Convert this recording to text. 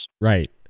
Right